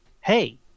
Hey